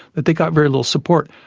that they got very little support.